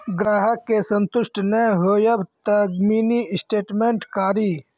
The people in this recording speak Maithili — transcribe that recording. ग्राहक के संतुष्ट ने होयब ते मिनि स्टेटमेन कारी?